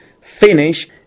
finish